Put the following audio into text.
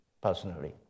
personally